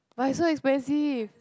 but it's so expensive